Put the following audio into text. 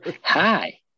Hi